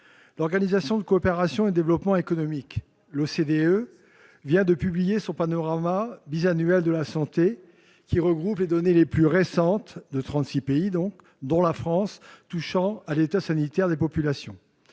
L'Organisation de coopération et de développement économiques (OCDE) vient de publier son panorama bisannuel de la santé, qui regroupe les données les plus récentes de trente-six pays, dont la France, touchant à l'état sanitaire des populations.